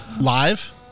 Live